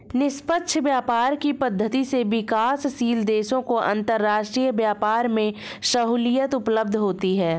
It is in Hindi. निष्पक्ष व्यापार की पद्धति से विकासशील देशों को अंतरराष्ट्रीय व्यापार में सहूलियत उपलब्ध होती है